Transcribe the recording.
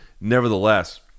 nevertheless